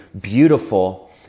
beautiful